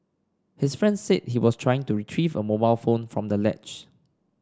his friend said he was trying to retrieve a mobile phone from the ledge